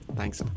Thanks